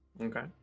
Okay